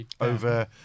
Over